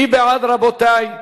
מי בעד, רבותי?